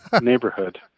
neighborhood